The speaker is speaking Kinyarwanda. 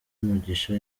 umugisha